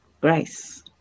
grace